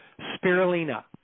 Spirulina